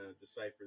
decipher